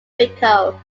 rico